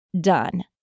done